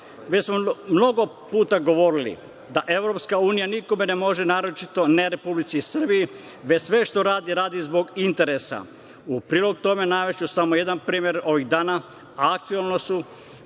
Već smo mnogo puta govorili da EU nikome ne može naročito, ne Republici Srbiji, već sve što radi, radi zbog interesa. U prilog tome navešću samo jedan primer. Ovih dana aktuelna su